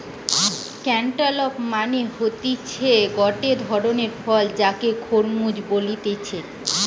cantaloupe মানে হতিছে গটে ধরণের ফল যাকে খরমুজ বলতিছে